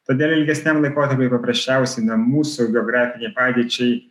todėl ilgesniam laikotarpiui paprasčiausiai na mūsų geografinei padėčiai